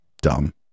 dumb